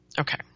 Okay